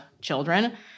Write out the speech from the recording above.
children